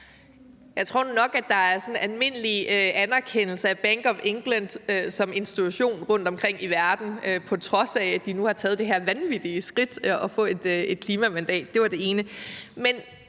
Jeg tror nu nok, at der er sådan almindelig anerkendelse af Bank of England som institution rundtomkring i verden, på trods af at de nu har taget det her vanvittige skridt at få et klimamandat. Det var det ene.